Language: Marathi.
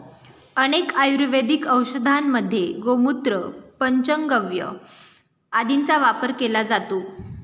अनेक आयुर्वेदिक औषधांमध्ये गोमूत्र, पंचगव्य आदींचा वापर केला जातो